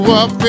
up